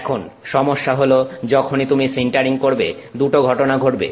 এখন সমস্যা হল যখনই তুমি সিন্টারিং করবে দুটো ঘটনা ঘটবে